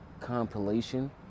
compilation